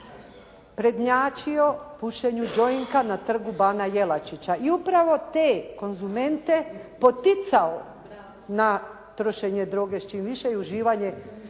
prednjačio pušenju jointa na Trgu bana Jelačića i upravo te konzumente poticao na trošenje droge čim više i uživanje